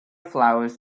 flowers